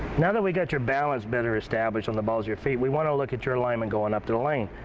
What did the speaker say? now that we got your balance better established on the balls of your feet, we want to look at your alignment going up to the lane.